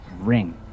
Ring